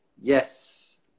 Yes